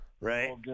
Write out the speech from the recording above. Right